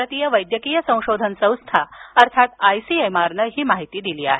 भारतीय वैद्यकीय संशोधन संस्था अर्थात आय सी एम आर नं ही माहिती दिली आहे